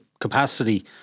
capacity